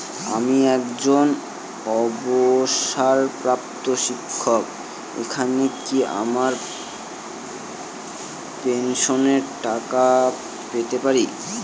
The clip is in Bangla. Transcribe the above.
আমি একজন অবসরপ্রাপ্ত শিক্ষক এখানে কি আমার পেনশনের টাকা পেতে পারি?